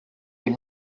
les